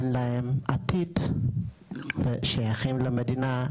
אין להם עתיד ושייכים למדינה,